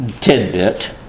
tidbit